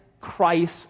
Christ